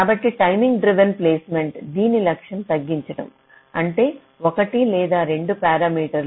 కాబట్టి timing driven placement దీని లక్ష్యం తగ్గించడం అంటేఒకటి లేదా రెండూ పారామీటర్లు